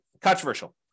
controversial